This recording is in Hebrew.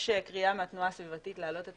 יש קריאה מהתנועה הסביבתית להעלות את